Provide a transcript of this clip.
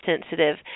sensitive